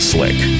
Slick